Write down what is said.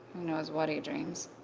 who knows what he dreams?